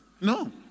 no